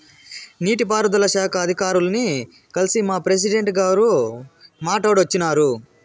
నీటి పారుదల శాఖ అధికారుల్ని కల్సి మా ప్రెసిడెంటు గారు మాట్టాడోచ్చినారు